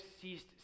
ceased